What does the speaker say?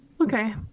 Okay